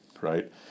Right